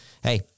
Hey